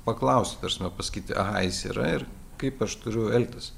paklaust ta prasme pasakyti aha jis yra ir kaip aš turiu elgtis